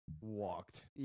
walked